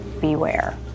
Beware